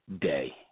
day